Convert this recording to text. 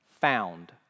found